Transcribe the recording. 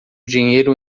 dinheiro